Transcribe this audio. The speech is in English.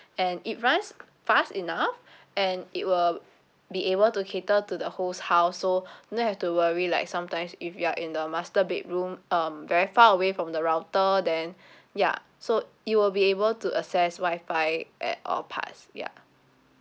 and it runs fast enough and it will be able to cater to the whole house so don't have to worry like sometimes if you're in the master bedroom um very far away from the router then ya so it will be able to access wi-fi at all parts ya